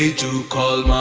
to